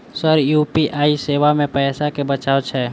Sir UPI सेवा मे पैसा केँ बचाब छैय?